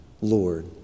Lord